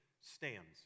stands